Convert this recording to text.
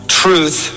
truth